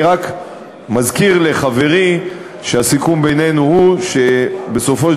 אני רק מזכיר לחברי שהסיכום בינינו הוא שבסופו של